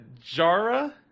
Jara